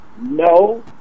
no